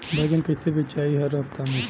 बैगन कईसे बेचाई हर हफ्ता में?